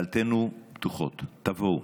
דלתותינו פתוחות, תבואו.